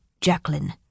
Jacqueline